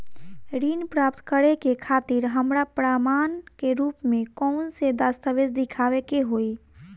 ऋण प्राप्त करे के खातिर हमरा प्रमाण के रूप में कउन से दस्तावेज़ दिखावे के होइ?